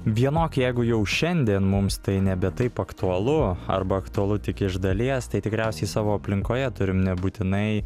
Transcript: vienok jeigu jau šiandien mums tai nebe taip aktualu arba aktualu tik iš dalies tai tikriausiai savo aplinkoje turim nebūtinai